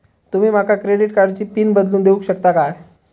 तुमी माका क्रेडिट कार्डची पिन बदलून देऊक शकता काय?